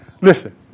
Listen